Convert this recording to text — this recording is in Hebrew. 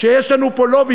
כשיש לנו פה לובי,